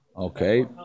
Okay